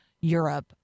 Europe